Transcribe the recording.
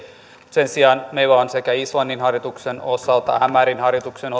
sen sijaan meillä on sekä islannin harjoituksen osalta että ämarin harjoituksen